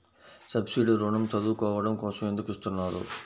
Subsidy ఋణం చదువుకోవడం కోసం ఎందుకు ఇస్తున్నారు?